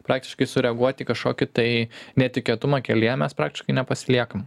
praktiškai sureaguot į kažkokį tai netikėtumą kelyje mes praktiškai nepasiliekam